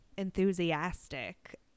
enthusiastic